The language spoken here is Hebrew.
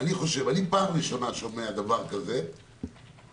פעם ראשונה אני שומע על דבר כזה שכשיש